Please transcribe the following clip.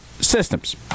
Systems